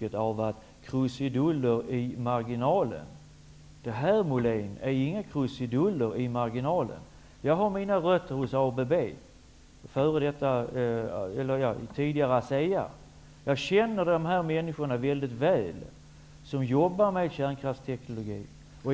detta med ''krusiduller i marginalen''. Här handlar det inte, Själv har jag mina rötter hos ABB -- dvs. hos Asea, som företaget tidigare hette -- och känner väldigt väl de människor som jobbar med kärnkraftsteknologin.